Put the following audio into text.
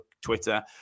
Twitter